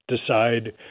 decide